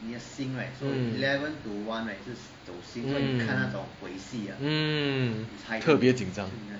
mm mm mm 特别紧张